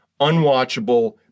unwatchable